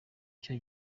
cyo